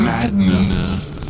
Madness